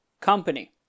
company